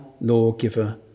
lawgiver